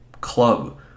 club